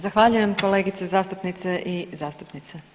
Zahvaljujem kolegice zastupnice i zastupnici.